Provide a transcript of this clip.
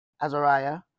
Azariah